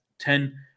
ten